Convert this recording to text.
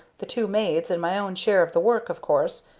the two maids, and my own share of the work, of course,